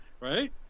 Right